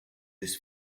this